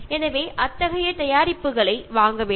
അതിനാൽ ഒരിക്കലും ഇത്തരത്തിലുള്ള സാധനങ്ങൾ വാങ്ങരുത്